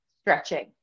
stretching